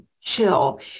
chill